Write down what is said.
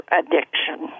addiction